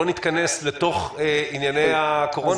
בוא נתכנס לתוך ענייני הקורונה,